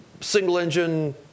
single-engine